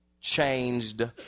changed